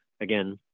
again